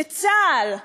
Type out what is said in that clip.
שצה"ל,